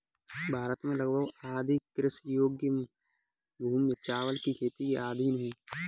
भारत में लगभग आधी कृषि योग्य भूमि चावल की खेती के अधीन है